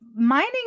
mining